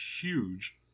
huge